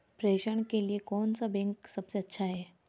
प्रेषण के लिए कौन सा बैंक सबसे अच्छा है?